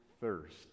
thirst